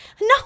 No